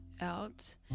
out